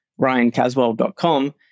RyanCaswell.com